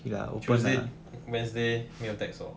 opposite wednesday 没有 tax 我